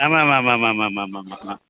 ஆமாம் ஆமாம் ஆமாமாம் மா மா மா